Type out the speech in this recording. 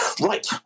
Right